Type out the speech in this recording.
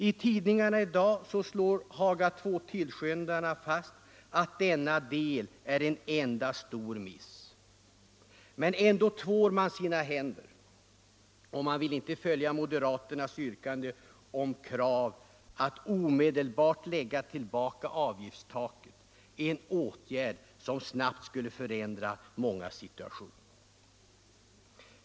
I tidningarna i dag slår Haga II-tillskyndarna fast att denna del är en enda stor miss. Men ändå tvår man sina händer och vill inte följa moderaternas yrkande och krav att avgiftstaket omedelbart skall läggas tillbaka — en åtgärd som snabbt skulle förändra mångas situation.